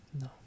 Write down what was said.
No